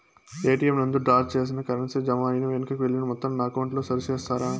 ATM నందు draw చేసిన currency జామ అయి వెనుకకు వెళ్లిన మొత్తాన్ని నా అకౌంట్ లో సరి చేస్తారా?